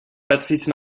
patrice